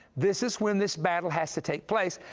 this is when this battle has to take place.